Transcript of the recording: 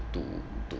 to the